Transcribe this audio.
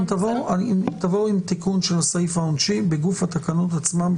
אתם תבואו עם תיקון של הסעיף העונשי בגוף התקנות עצמן,